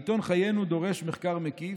העיתון "חיינו" דורש מחקר מקיף,